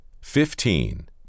Fifteen